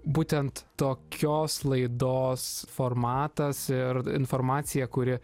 būtent tokios laidos formatas ir informacija kuri